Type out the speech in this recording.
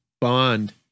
bond